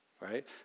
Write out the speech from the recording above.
right